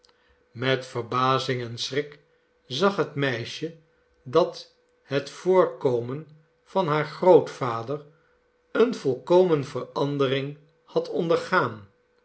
met verbazing en schrik zag het meisje dat het voorkomen van haar grootvader eene volkomene verandering had ondergaan